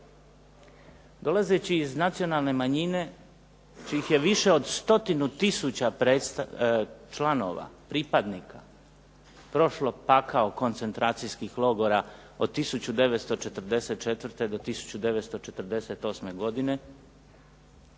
Dolazeći iz nacionalne manjine čijih je više od stotinu tisuća članova, pripadnika prošlo pakao koncentracijskih logora od 1944. do 1948. godine